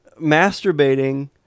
masturbating